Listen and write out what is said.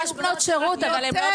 יש בנות שירות אבל הן לא --- יותר.